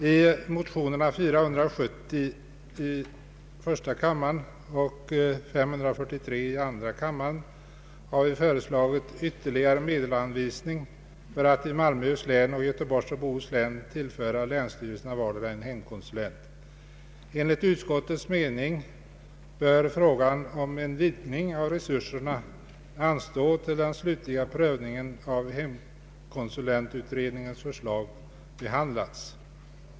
I motionerna I: 470 och II: 543 har vi föreslagit ytterligare medelsanvisning för att tillföra länsstyrelserna i Malmöhus län och Göteborgs och Bohus län vardera en hemkonsulent. Enligt utskottets mening bör frågan om en vidgning av resurserna anstå till dess den slutliga prövningen av hemkonsulentutredningens förslag ägt rum.